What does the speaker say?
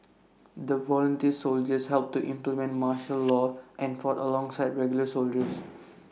the volunteer soldiers helped to implement martial law and fought alongside regular soldiers